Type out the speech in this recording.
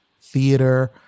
theater